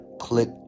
click